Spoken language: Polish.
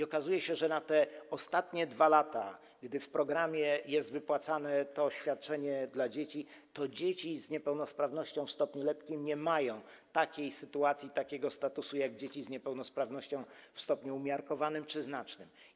Okazuje się, że przez te ostatnie 2 lata, gdy w programie jest wypłacane to świadczenie dla dzieci, dzieci z niepełnosprawnością w stopniu lekkim nie mają takiej sytuacji i takiego statusu jak dzieci z niepełnosprawnością w stopniu umiarkowanym czy znacznym.